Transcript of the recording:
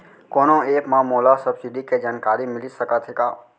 कोनो एप मा मोला सब्सिडी के जानकारी मिलिस सकत हे का?